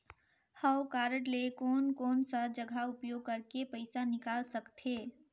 हव कारड ले कोन कोन सा जगह उपयोग करेके पइसा निकाल सकथे?